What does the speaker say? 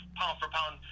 pound-for-pound